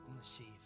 receive